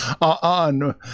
on